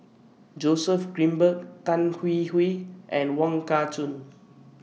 Joseph Grimberg Tan Hwee Hwee and Wong Kah Chun